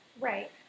Right